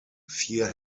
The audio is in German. vier